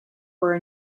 were